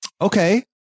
Okay